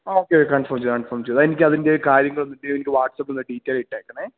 ആ okay confirm ചെയ്തോ confirm ചെയ്തോ എനിക്ക് അതിൻ്റെ കാര്യങ്ങളൊക്കെ എനിക്ക് വാട്സാപ്പിലൊന്ന് ഡീറ്റെയിൽ ഇട്ടേക്കണേ